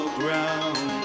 ground